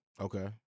Okay